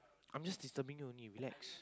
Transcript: I'm just disturbing you only relax